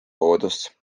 puudust